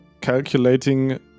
calculating